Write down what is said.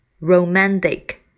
Romantic